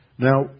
Now